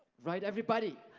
right everybody?